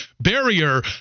barrier